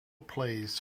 plays